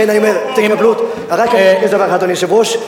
אדוני היושב-ראש,